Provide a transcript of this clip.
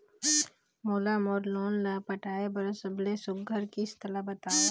मोला मोर लोन ला पटाए बर सबले सुघ्घर किस्त ला बताव?